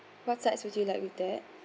what sides would you like with that